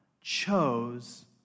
chose